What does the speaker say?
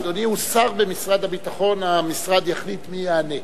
אדוני הוא שר במשרד הביטחון, המשרד יחליט מי יענה.